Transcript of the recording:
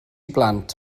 blant